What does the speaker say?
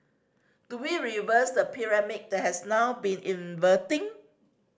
do we reverse the pyramid that has now been inverting